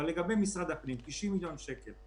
אבל לגבי משרד הפנים 90 מיליון שקל.